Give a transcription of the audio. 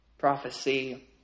Prophecy